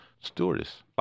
Stewardess